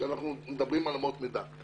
כשאנחנו מדברים על אמות מידה.